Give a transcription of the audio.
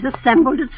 assembled